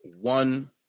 one